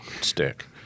Stick